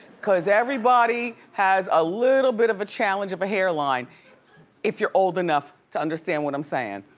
cause everybody has a little bit of a challenge of a hairline if you're old enough to understand what i'm saying.